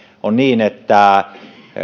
on niin että